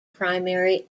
primary